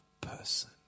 person